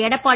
Edappadi